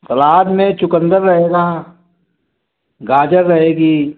सलाद में चुकंदर रहेगा गाजर रहेगी